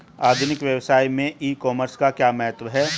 आधुनिक व्यवसाय में ई कॉमर्स का क्या महत्व है?